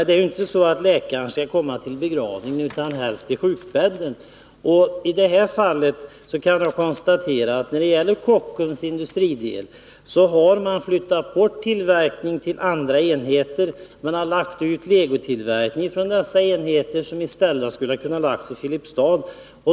Det är ju inte så att läkaren inte skall komma förrän till begravningen, utan han skall helst komma till sjukbädden. När det gäller Kockums industridel kan jag konstatera att man har flyttat bort tillverkning till andra enheter. Man har också från dessa enheter lagt ut legotillverkning, som i stället hade kunnat läggas i Filipstad.